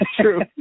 True